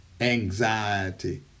anxiety